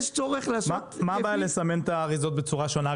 יש צורך לעשות --- מה הבעיה לסמן את האריזות בצורה שונה?